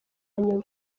nyuma